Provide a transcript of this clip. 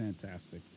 fantastic